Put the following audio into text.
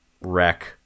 wreck